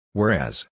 Whereas